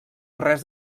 res